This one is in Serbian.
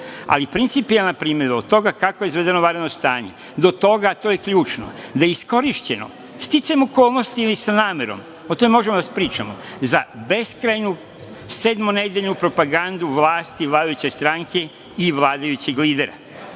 ali principijelna primedba od toga kako je izvedeno vanredno stanje do toga, a to je ključno, da je iskorišćeno, sticajem okolnosti ili sa namerom, o tome možemo da pričamo, za beskrajnu sedmonedeljnu propagandu vlasti, vladajuće stranke i vladajućeg lidera.